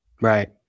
Right